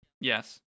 yes